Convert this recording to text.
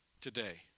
today